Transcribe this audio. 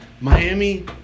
Miami